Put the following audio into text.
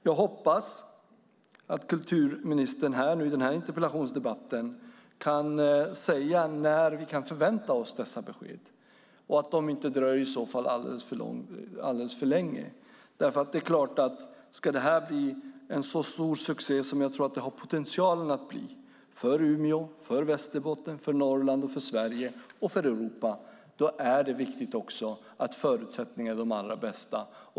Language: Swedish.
Jag hoppas att kulturministern i denna interpellationsdebatt kan säga när vi kan förvänta oss dessa besked och att de inte dröjer alldeles för länge. Ska detta bli en så stor succé för Umeå, Västerbotten, Norrland, Sverige och Europa som jag tror att det har potential att bli är det nämligen viktigt att förutsättningarna är de allra bästa.